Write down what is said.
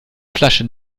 flasche